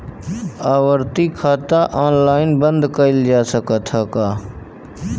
आवर्ती खाता ऑनलाइन बन्द करल जा सकत ह का?